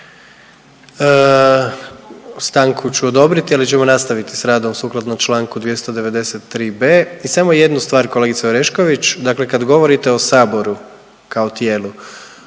Stanku ću odobriti, ali ćemo nastaviti s radom sukladno čl. 293.b. i samo jednu stvar kolegice Orešković, dakle kad govorite o saboru kao tijelu,